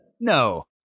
No